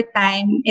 time